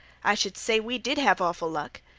i should say we did have awful luck!